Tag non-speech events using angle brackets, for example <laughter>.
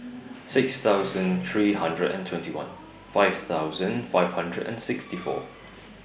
six thousand three hundred and twenty one five thousand five hundred and sixty four <noise>